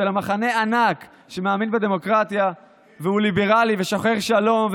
של המחנה הענק שמאמין בדמוקרטיה והוא ליברלי ושוחר שלום,